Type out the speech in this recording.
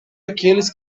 aqueles